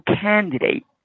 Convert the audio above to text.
candidate